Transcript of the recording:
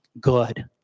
good